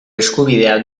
eskubidea